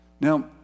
Now